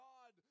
God